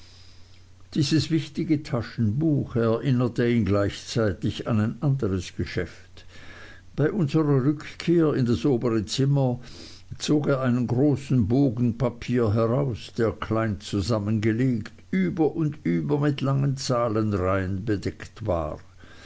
dieses wichtige taschenbuch erinnerte ihn gleichzeitig an ein anderes geschäft bei unserer rückkehr in das obere zimmer zog er einen großen bogen papier heraus der klein zusammengelegt über und über mit langen zahlenreihen bedeckt war